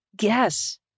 yes